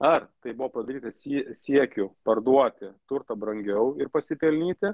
ar tai buvo padaryta sie siekiu parduoti turtą brangiau ir pasipelnyti